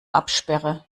absperre